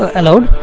allowed